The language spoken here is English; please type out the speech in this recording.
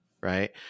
right